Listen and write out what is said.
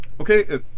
Okay